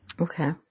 Okay